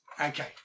Okay